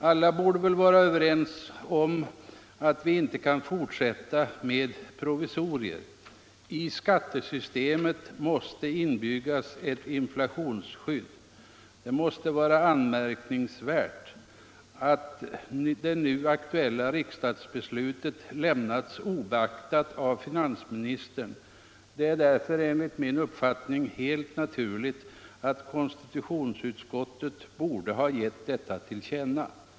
Alla borde väl vara överens om att vi inte kan fortsätta med provisorier. I skattesystemet måste inbyggas ett inflationsskydd. Det måste vara anmärkningsvärt att det nu aktuella riksdagsbeslutet lämnats obeaktat av finansministern. Det är därför enligt min uppfattning helt naturligt att konstitutionsutskottet borde ha givit detta till känna.